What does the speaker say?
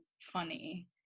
funny